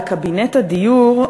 בקבינט הדיור,